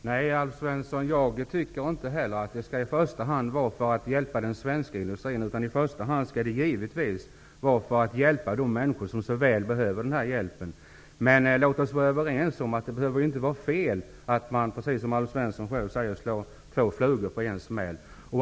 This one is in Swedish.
Fru talman! Nej, Alf Svensson, inte heller jag anser att syftet med insatserna i första hand skall vara att hjälpa den svenska industrin, utan syftet skall givetvis i första hand vara att hjälpa de människor som så väl behöver den här hjälpen. Låt oss ändå vara överens om att det inte behöver vara fel att, precis som Alf Svensson säger, slå två flugor i en smäll.